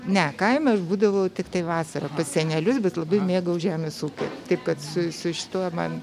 ne kaime aš būdavau tiktai vasarą pas senelius bet labai mėgau žemės ūkį taip kad su su šituo man